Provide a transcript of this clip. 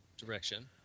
direction